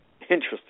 Interesting